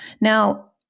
Now